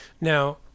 now